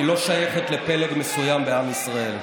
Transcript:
היא לא שייכת לפלג מסוים בעם ישראל.